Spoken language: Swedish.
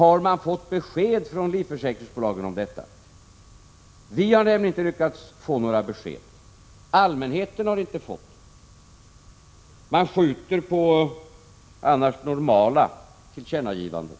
Har man fått besked från livförsäkringsbolagen om detta? Vi har nämligen inte lyckats få några besked, och allmänheten har inte fått några besked. Försäkringsbolagen skjuter på annars normala tillkännagivanden.